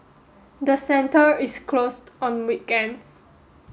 the centre is closed on weekends